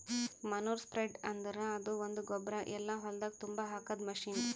manure spreader ಅಂದುರ್ ಅದು ಒಂದು ಗೊಬ್ಬರ ಎಲ್ಲಾ ಹೊಲ್ದಾಗ್ ತುಂಬಾ ಹಾಕದ್ ಮಷೀನ್